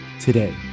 today